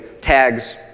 tags